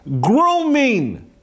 grooming